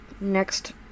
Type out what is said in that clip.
next